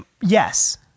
yes